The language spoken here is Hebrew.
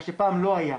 מה שפעם לא היה,